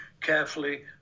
carefully